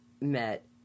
met